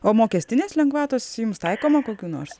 o mokestinės lengvatos jums taikoma kokių nors